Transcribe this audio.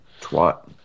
Twat